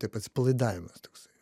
taip atsipalaidavimas toksai